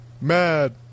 Mad